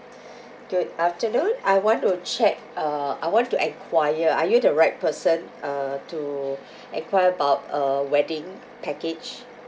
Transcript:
good afternoon I want to check uh I wanted to enquire are you the right person uh to enquire about a wedding package